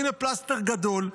הינה פלסטר גדול.